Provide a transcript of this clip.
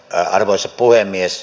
arvoisa puhemies